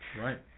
Right